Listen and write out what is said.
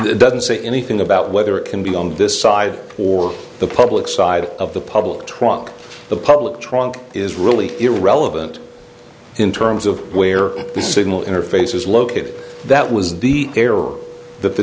it doesn't say anything about whether it can be on this side or the public side of the public trunk the public trunk is really irrelevant in terms of where the signal interface is located that was the error that the